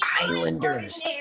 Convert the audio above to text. Islanders